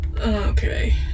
Okay